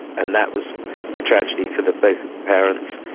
and that was a tragedy for the both of the parents.